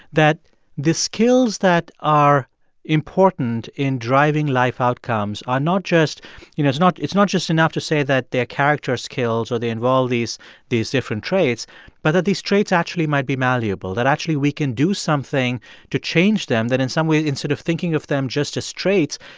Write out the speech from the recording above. that the skills that are important in driving life outcomes are not just you know, it's not it's not just enough to say that they're character skills or they involve these these different traits but that these traits actually might be malleable, that actually we can do something to change them that in some way instead of thinking of them just as traits,